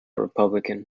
republican